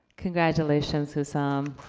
congratulations, hussam.